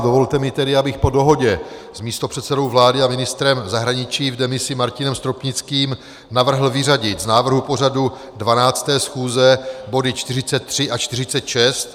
Dovolte mi tedy, abych po dohodě s místopředsedou vlády a ministrem zahraničí v demisi Martinem Stropnickým navrhl vyřadit z návrhu pořadu 12. schůze body 43 a 46.